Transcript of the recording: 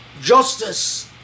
Justice